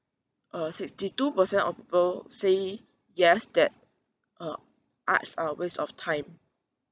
uh sixty two percent of people say yes that uh arts are a waste of time